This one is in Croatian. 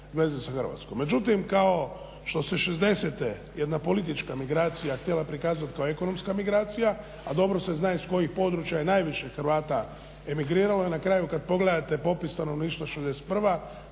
Međutim, kao što se 60. jedna politička migracija htjela prikazati kao ekonomska migracija, a dobro se zna iz kojih područja je najviše Hrvata emigriralo i na kraju kad pogledate popis stanovništva